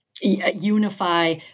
Unify